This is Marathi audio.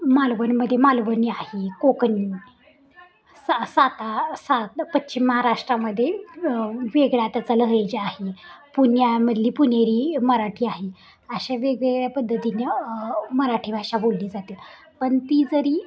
मालवणीमध्ये मालवणी आहे कोकणी सा साता सात पश्चिम महाराष्ट्रामध्ये वेगळा त्याचा लहेजा आहे पुण्यामधली पुणेरी मराठी आहे अशा वेगवेगळ्या पद्धतीने मराठी भाषा बोलली जाते पण ती जरी